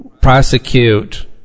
prosecute